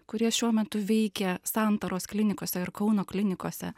kurie šiuo metu veikia santaros klinikose ir kauno klinikose